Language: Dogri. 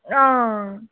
हां